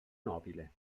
nobile